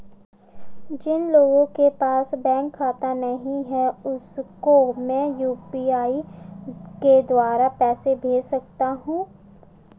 जिन लोगों के पास बैंक खाता नहीं है उसको मैं यू.पी.आई के द्वारा पैसे भेज सकता हूं?